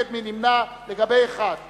לגבי הסתייגות (1),